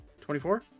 24